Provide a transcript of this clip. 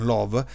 Love